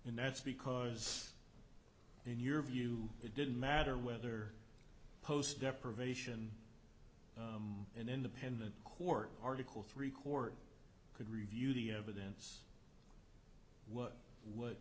and that's because in your view it didn't matter whether post depravation an independent court article three court could review the evidence what w